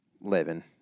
living